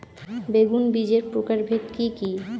বেগুন বীজের প্রকারভেদ কি কী?